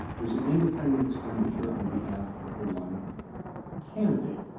there's an independent expenditure on behalf of the one candidate.